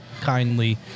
kindly